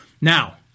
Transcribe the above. Now